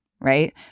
right